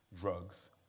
drugs